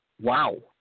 Wow